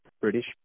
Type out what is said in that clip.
British